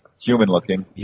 human-looking